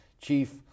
Chief